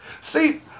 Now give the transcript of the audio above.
See